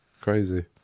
Crazy